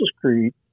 Creed